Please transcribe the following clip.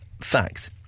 Fact